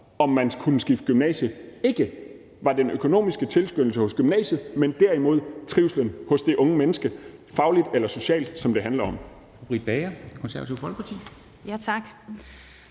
om man kunne skifte gymnasie, ikke var den økonomiske tilskyndelse hos gymnasiet, men derimod trivslen hos det unge menneske fagligt eller socialt, som det handler om.